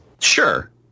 sure